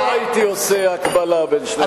לא הייתי עושה הקבלה בין שני הדברים.